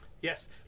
Yes